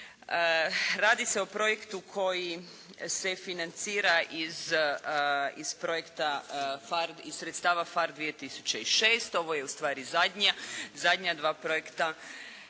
Radi se o projektu koji se financira iz projekta PHARE, iz sredstava PHARE 2006., ovo je ustvari zadnja dva projekta